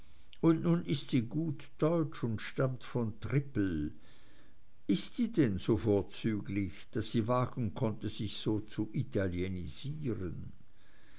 und nun ist sie gut deutsch und stammt von trippel ist sie denn so vorzüglich daß sie wagen konnte sich so zu